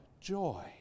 joy